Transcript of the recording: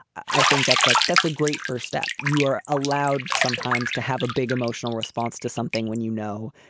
i think that's like that's a great first step. you are allowed sometimes to have a big emotional response to something when you know.